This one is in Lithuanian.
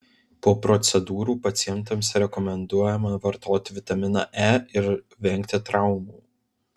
po procedūrų pacientams rekomenduojama vartoti vitaminą e ir vengti traumų